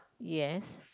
yes